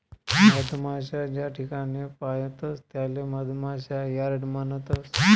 मधमाशा ज्याठिकाणे पायतस त्याले मधमाशा यार्ड म्हणतस